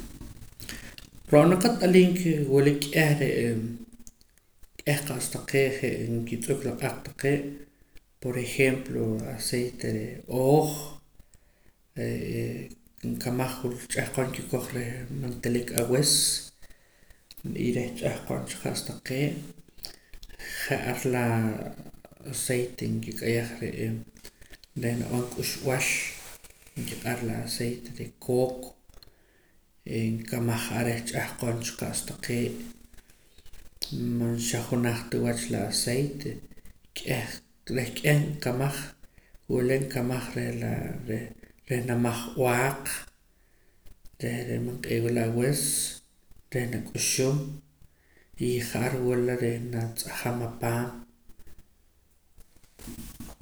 Ro'na qat'aliim ke wula k'eh re'e k'eh qa's taqee' je'e nkitz'uk la q'aq taqee' por ejemplo aceite reh ooj re'ee nkamaj wula ch'ahqon nkikoj reh man tilik awis y reh ch'ahqon cha qa'sa taqee' ja'ar laa aceite nkik'ayaj re'e reh nab'an k'uxb'al nkiq'ar la aceite de koko nkamaj ar reh ch'ahqon cha qa's taqee' man xajunaj ta wach la aceite k'eh reh k'eh nkamaj wula nkamaj reh laa reh reh namaj b'aaq reh re' man q'ewala awis reh nak'uxum y ja'ar wula reh natz'ajam apaam